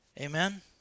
Amen